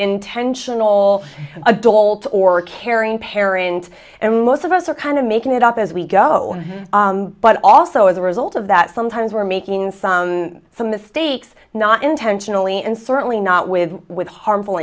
intentional all adult or a caring parent and most of us are kind of making it up as we go but also as a result of that sometimes we're making some mistakes not intentionally and certainly not with with harmful